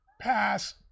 Pass